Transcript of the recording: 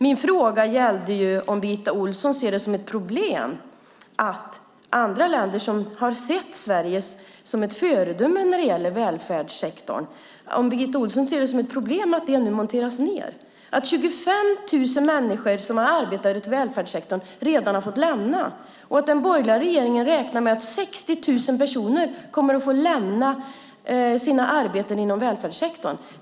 Min fråga gällde om Birgitta Ohlsson ser det som ett problem att välfärdssektorn i Sverige som har varit ett föredöme nu monteras ned, att 25 000 människor som har arbetat i välfärdssektorn redan har fått lämna sektorn och att den borgerliga regeringen räknar med att 60 000 personer kommer att få lämna sina arbeten inom välfärdssektorn.